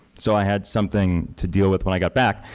so i had something to deal with when i got back.